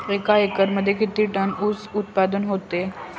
एका एकरमध्ये किती टन ऊस उत्पादन होतो?